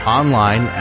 online